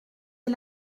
est